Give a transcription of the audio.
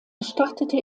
startete